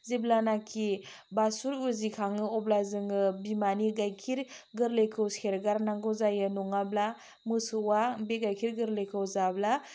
जेब्लानाखि बासुल उजिखांयो अब्ला जोङो बिमानि गायखेर गोरलैखौ सेरगारनांगौ जायो नङाब्ला मोसौवा बे गायखेर गोरलैखौ जाब्ला